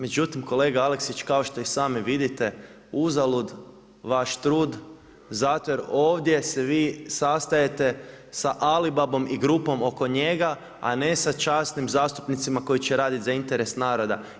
Međutim, kolega Aleksić kao što i sami vidite uzalud vaš trud zato jer ovdje se vi sastajete sa Alibabom i grupom oko njega, a ne sa časnim zastupnicima koji će raditi za interes naroda.